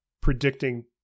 predicting